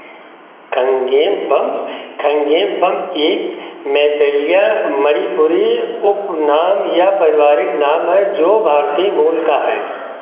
खंगेम्बम खंगेम्बम एक मैतेई मणिपुरी उपनाम या पारिवारिक नाम है जो भारतीय मूल का है